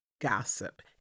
gossip